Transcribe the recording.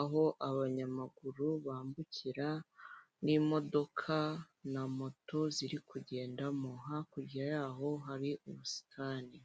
aho abanyamaguru bambukira, n'imodoka na moto ziri kugenda, hakurya ya'ho hari ubusitani.